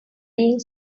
being